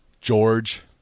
George